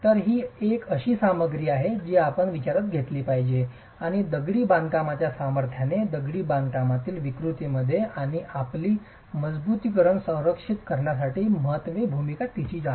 तर ही एक अशी सामग्री आहे जी आपण विचारात घेतली पाहिजे आणि दगडी बांधकामच्या सामर्थ्याने दगडी बांधकामातील विकृतीमध्ये आणि आपली मजबुतीकरण संरक्षित करण्यासाठी मुख्यत्वे तिची भूमिका आहे